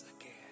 again